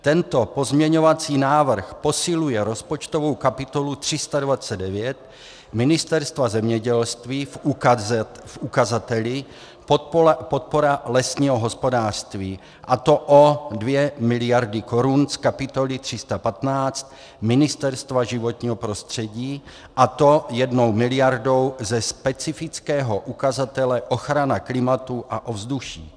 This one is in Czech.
Tento pozměňovací návrh posiluje rozpočtovou kapitolu 329 Ministerstva zemědělství v ukazateli podpora lesního hospodářství, a to o 2 miliardy korun z kapitoly 315 Ministerstva životního prostředí, a to 1 miliardou ze specifického ukazatele ochrana klimatu a ovzduší.